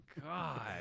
God